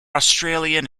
australian